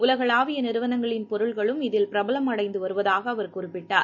உலகளாவிய நிறுவனங்களின் பொருட்களும் இதில் பிரபலம் அடைந்து வருவதாக அவர் குறிப்பிட்டார்